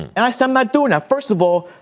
and i said, i'm not doing that. first of all.